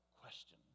question